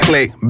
Click